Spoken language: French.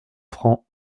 francs